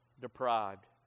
deprived